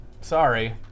sorry